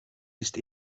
ist